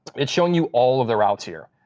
it's showing you all of the routes, here.